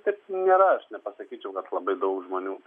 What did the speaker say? taip nėra aš nepasakyčiau kad labai daug žmonių